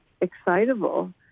excitable